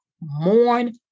mourn